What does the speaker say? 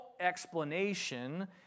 explanation